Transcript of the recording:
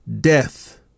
death